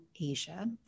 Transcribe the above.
Asia